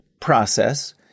process